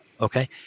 Okay